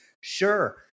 sure